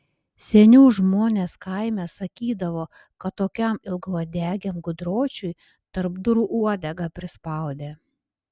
seniau žmonės kaime sakydavo kad tokiam ilgauodegiam gudročiui tarp durų uodegą prispaudė